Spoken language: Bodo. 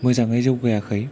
मोजाङै जौगायाखै